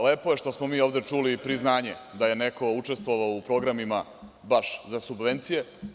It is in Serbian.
Lepo je što smo mi ovde čuli priznanje da je neko učestvovao u programima baš za subvencije.